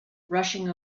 rushing